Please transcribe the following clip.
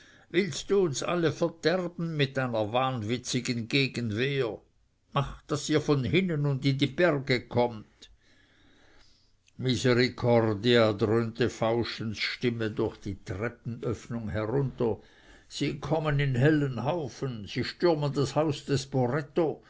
willst du uns alle verderben mit deiner wahnwitzigen gegenwehr macht daß ihr von hinnen und in die berge kommt misericordia dröhnte fauschens stimme durch die treppenöffnung herunter sie kommen in hellen haufen sie stürmen das haus des poretto